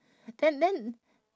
then then